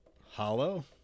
hollow